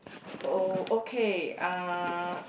oh okay uh